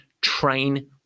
train